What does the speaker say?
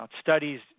studies